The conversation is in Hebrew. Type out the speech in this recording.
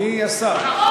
מי השר?